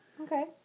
Okay